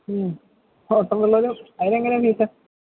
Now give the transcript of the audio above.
ഉം ഓട്ടന്തുള്ളലും അതിനെങ്ങനെയാ ഫീസ്